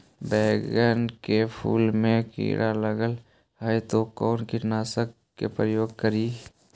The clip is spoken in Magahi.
बैगन के फुल मे कीड़ा लगल है तो कौन कीटनाशक के प्रयोग करि?